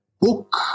book